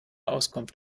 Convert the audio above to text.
auskunft